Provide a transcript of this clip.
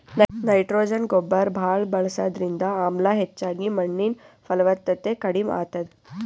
nitrogen ಗೊಬ್ಬರ್ ಭಾಳ್ ಬಳಸದ್ರಿಂದ ಆಮ್ಲ ಹೆಚ್ಚಾಗಿ ಮಣ್ಣಿನ್ ಫಲವತ್ತತೆ ಕಡಿಮ್ ಆತದ್